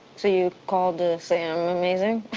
so you called to say i'm amazing?